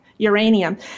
Uranium